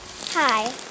Hi